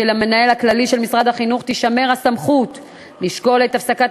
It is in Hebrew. ולמנהל הכללי של משרד החינוך תישמר הסמכות לשקול את הפסקת